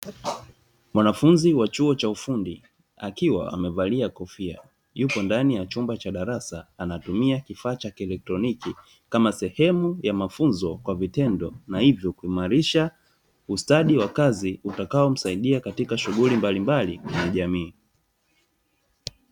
Mwanafunzi wa chuo cha ufundi, akiwa amevalia kofia. Yuko ndani ya chumba cha darasa, anatumia kifaa cha kielektroniki kama sehemu ya vitendo na hivyo kuimarisha ustadi wa kazi, utakaomsaidia katika shughuli mbalimbali kwenye jamii.